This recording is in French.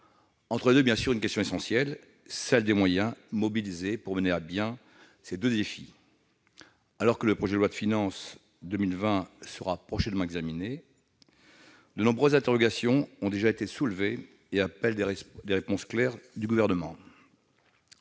d'autre part. Se pose une question essentielle : celle des moyens mobilisés pour relever ces deux défis. Alors que le projet de loi de finances pour 2020 sera prochainement examiné au Sénat, de nombreuses interrogations ont déjà été soulevées qui appellent des réponses claires du Gouvernement.